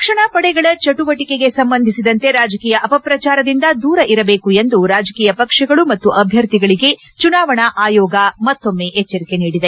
ರಕ್ಷಣಾ ಪಡೆಗಳ ಚಟುವಟಿಕೆಗೆ ಸಂಬಂಧಿಸಿದಂತೆ ರಾಜಕೀಯ ಅಪಪ್ರಚಾರದಿಂದ ದೂರ ಇರಬೇಕು ಎಂದು ರಾಜಕೀಯ ಪಕ್ಷಗಳು ಮತ್ತು ಅಭ್ಯರ್ಥಿಗಳಿಗೆ ಚುನಾವಣಾ ಆಯೋಗ ಮತ್ತೊಮ್ಮೆ ಎಚ್ವರಿಕೆ ನೀಡಿದೆ